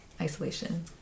isolation